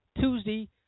Tuesday